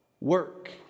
work